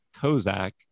Kozak